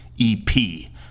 EP